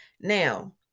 now